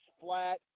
flat